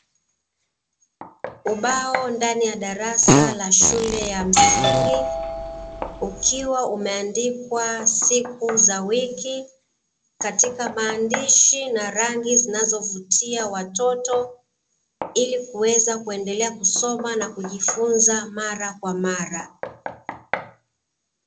Ubao ndani ya darasa la shule ya msingi, ukiwa umeandikwa siku za wiki, katika maandishi na rangi zinazovutia watoto, ili kuweza kuendelea kusoma na kujifunza mara kwa mara.